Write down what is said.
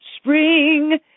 Spring